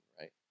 right